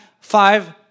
five